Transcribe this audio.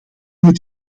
moet